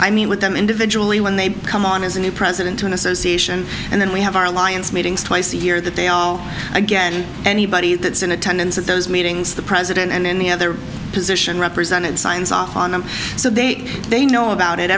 mean with them individually when they come on as a new president and association and then we have our alliance meetings twice a year that they all again anybody that's in attendance at those meetings the president and the other position represented signs off on them so they they know about it